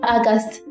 August